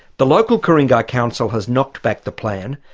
the local ku-ring-gai council has knocked back the plan.